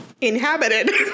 Inhabited